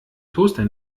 toaster